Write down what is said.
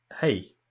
hey